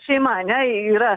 šeima ane yra